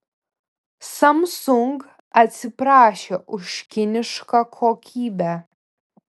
samsung atsiprašė už kinišką kokybę